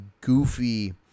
goofy